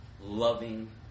Loving